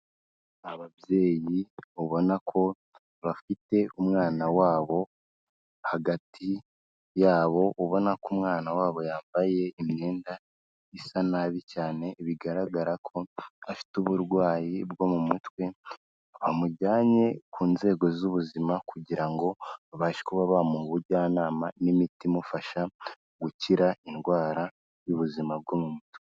Ababyeyi ubona ko bafite umwana wa bo, hagati ya bo ubona ko umwana wa bo yambaye imyenda isa nabi cyane, bigaragara ko afite uburwayi bwo mu mutwe bamujyanye ku nzego z'ubuzima kugira ngo bashe kuba bamuha ubujyanama n'imiti imufasha gukira indwara y'ubuzima bwo mu mutwe.